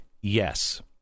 Yes